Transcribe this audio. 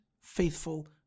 faithful